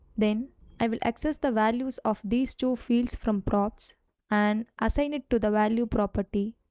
then i will access the values of these two fields from props and assign it to the value property.